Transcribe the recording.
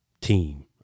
team